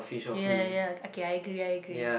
ya ya okay I agree I agree